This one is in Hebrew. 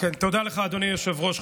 תודה לך, אדוני היושב-ראש.